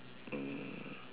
um